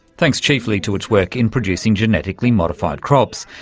thanks chiefly to its work in producing genetically modified crops.